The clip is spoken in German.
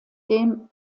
dem